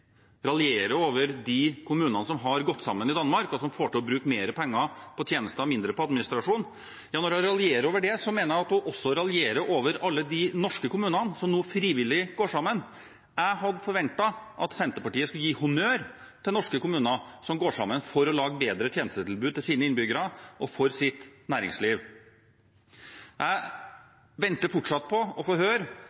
har gått sammen i Danmark, og som får til å bruke mer penger på tjenester og mindre på administrasjon, mener jeg at hun også raljerer over alle de norske kommunene som nå frivillig går sammen. Jeg hadde forventet at Senterpartiet skulle gi honnør til norske kommuner som går sammen for å lage bedre tjenestetilbud til sine innbyggere og for sitt næringsliv. Jeg